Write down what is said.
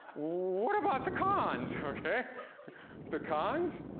what about the cons? the cons.